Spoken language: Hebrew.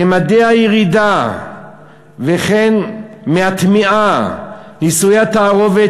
ממדי הירידה וכן מהטמיעה ונישואי התערובת